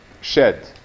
shed